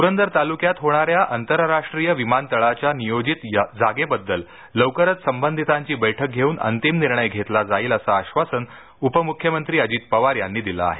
पुरंदर तालुक्यात होणा या आंतरराष्ट्रीय विमानतळाच्या नियोजित जागेबद्दल लवकरच संबंधितांची बैठक घेऊन अंतिम निर्णय घेतला जाईल असं आश्वासन उपमुख्यमंत्री अजित पवार यांनी दिलं आहे